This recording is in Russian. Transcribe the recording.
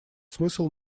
смысл